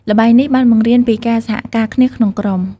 ល្បែងនេះបានបង្រៀនពីការសហការគ្នាក្នុងក្រុម។